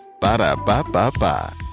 Ba-da-ba-ba-ba